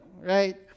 right